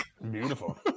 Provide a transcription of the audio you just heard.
beautiful